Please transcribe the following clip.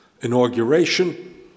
inauguration